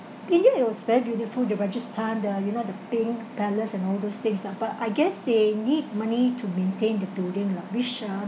india it was very beautiful the rajasthan the you know the pink palace and all those things ah but I guess they need money to maintain the building lah which ah